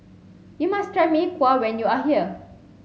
you must try Mee Kuah when you are here